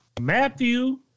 Matthew